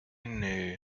knew